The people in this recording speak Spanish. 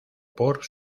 por